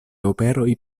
operoj